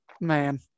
man